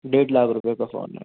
डेढ़ लाख रूपये का फोन है